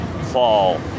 fall